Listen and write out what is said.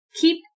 keep